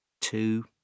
Two